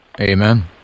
Amen